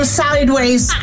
sideways